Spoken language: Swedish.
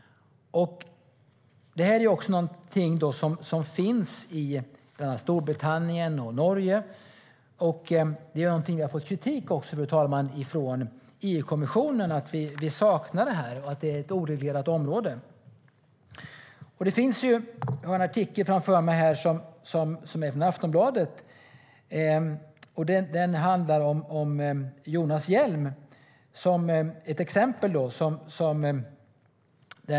Det här är någonting som finns i Storbritannien och Norge. Vi har fått kritik från EU-kommissionen, fru talman, för att vi saknar det här och för att det är ett oreglerat område. Jag har framför mig en artikel från Aftonbladet. Den handlar om Jonas Hjelm, som är ett exempel.